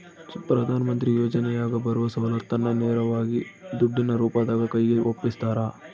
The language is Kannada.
ಪ್ರಧಾನ ಮಂತ್ರಿ ಯೋಜನೆಯಾಗ ಬರುವ ಸೌಲತ್ತನ್ನ ನೇರವಾಗಿ ದುಡ್ಡಿನ ರೂಪದಾಗ ಕೈಗೆ ಒಪ್ಪಿಸ್ತಾರ?